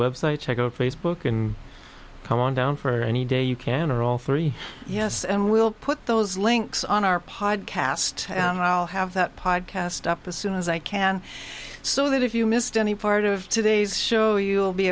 website checco facebook and come on down for any day you can or all three yes and we'll put those links on our podcast i'll have that podcast up as soon as i can so that if you missed any part of today's show you'll be